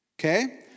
Okay